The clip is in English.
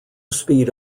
speed